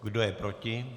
Kdo je proti?